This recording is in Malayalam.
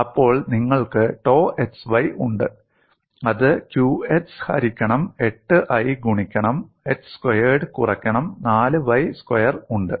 അപ്പോൾ നിങ്ങൾക്ക് ടോ xy ഉണ്ട് അത് qx ഹരിക്കണം 8I ഗുണിക്കണം h സ്ക്വയേർഡ് കുറക്കണം 4y സ്ക്വയർ ഉണ്ട്